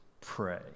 pray